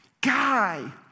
guy